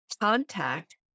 contact